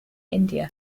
india